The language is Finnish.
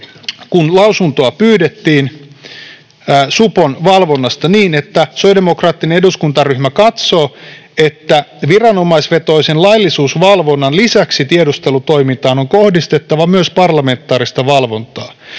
kun lausuntoa pyydettiin, supon valvonnasta: ”Sosiaalidemokraattinen eduskuntaryhmä katsoo, että viranomaisvetoisen laillisuusvalvonnan lisäksi tiedustelutoimintaan on kohdistettava myös parlamentaarista valvontaa.